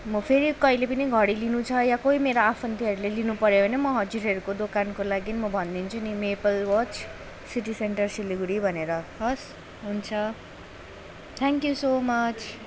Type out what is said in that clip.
म फेरि कहिले पनि घडी लिनु छ या कोही मेरो आफन्तहरूले लिनुपऱ्यो भने म हजुरहरूको दोकानको लागि म भनिदिन्छु नि maple watch city centre Siliguri भनेर हवस् हुन्छ थ्याङ्क्यु सो मच्